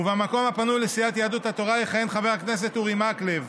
ובמקום הפנוי לסיעת יהדות התורה יכהן חבר הכנסת אורי מקלב.